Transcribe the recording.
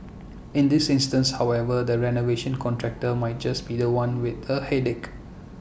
in this instance however the renovation contractor might just be The One with A headache